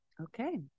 Okay